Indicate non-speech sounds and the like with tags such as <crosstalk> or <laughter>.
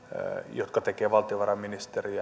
jotka tekee valtiovarainministeriö <unintelligible>